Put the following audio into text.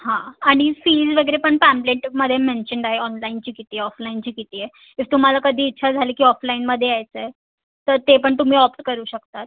हां आणि फीज वगैरे पण पॅम्पलेटमध्ये मेन्शंड आहे ऑनलाईनची किती आहे ऑफलाईनची किती आहे तुम्हाला कधी इच्छा झाली की ऑफलाईनमध्ये यायचं आहे तर ते पण तुम्ही ऑप्ट करू शकतात